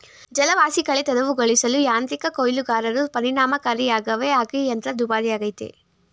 ಜಲವಾಸಿಕಳೆ ತೆರವುಗೊಳಿಸಲು ಯಾಂತ್ರಿಕ ಕೊಯ್ಲುಗಾರರು ಪರಿಣಾಮಕಾರಿಯಾಗವೆ ಹಾಗೆ ಯಂತ್ರ ದುಬಾರಿಯಾಗಯ್ತೆ